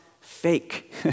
fake